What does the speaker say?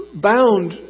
bound